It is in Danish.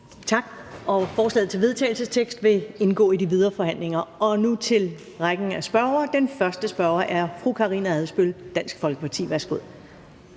Tak. Forslaget til vedtagelse vil indgå i de videre forhandlinger. Og nu til rækken af spørgere. Den første spørger er fru Karina Adsbøl, Dansk Folkeparti. Værsgo.